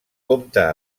compta